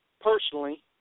personally